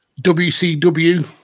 WCW